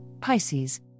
Pisces